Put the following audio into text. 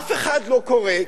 אף אחד לא קורא,